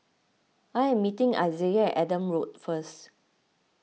I am meeting Isiah Adam Road first